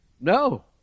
No